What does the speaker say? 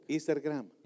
Instagram